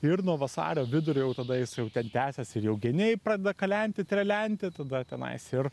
ir nuo vasario vidurio jau tada jis jau ten tęsiasi ir jau geniai pradeda kalenti trelenti tada tenai ir